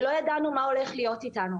ולא ידענו מה הולך להיות אתנו.